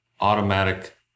automatic